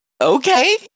Okay